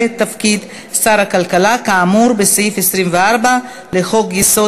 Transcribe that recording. את תפקיד שר הכלכלה כאמור בסעיף 24 לחוק-יסוד: